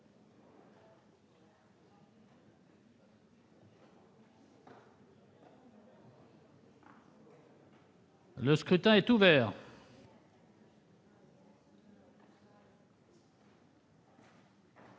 Le scrutin est ouvert.